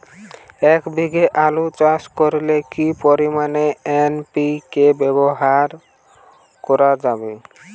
এক বিঘে আলু চাষ করলে কি পরিমাণ এন.পি.কে ব্যবহার করা যাবে?